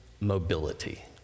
mobility